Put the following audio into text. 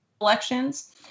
elections